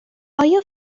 آیا